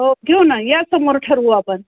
हो घेऊ ना या समोर ठरवू आपण